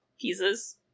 Pieces